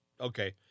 okay